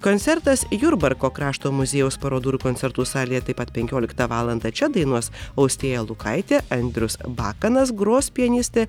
koncertas jurbarko krašto muziejaus parodų ir koncertų salėje taip pat penkioliktą valandą čia dainuos austėja lukaitė andrius bakanas gros pianistė